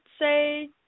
say